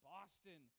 Boston